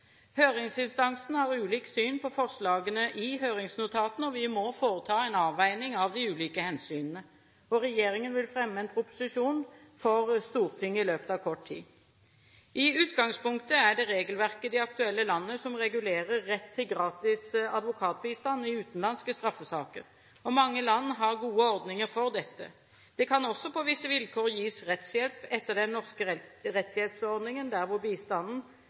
har ulikt syn på forslagene i høringsnotatene, og vi må foreta en avveining av de ulike hensynene. Regjeringen vil fremme en proposisjon for Stortinget i løpet av kort tid. I utgangspunktet er det regelverket i det aktuelle landet som regulerer rett til gratis advokatbistand i utenlandske straffesaker, og mange land har gode ordninger for dette. Det kan også, på visse vilkår, gis rettshjelp etter den norske rettshjelpsordningen der hvor bistanden